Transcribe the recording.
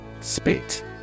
Spit